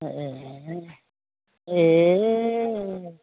ए ए